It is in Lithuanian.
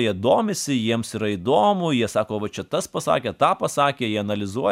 jie domisi jiems yra įdomu jie sako va čia tas pasakė tą pasakė jie analizuoja